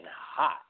hot